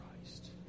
Christ